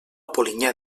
polinyà